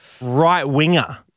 right-winger